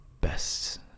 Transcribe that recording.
best